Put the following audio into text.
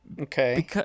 Okay